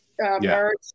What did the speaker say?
merge